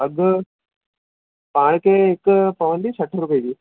अघि तव्हांखे हिकु पवंदी सठि रुपए जी